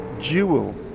jewel